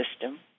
system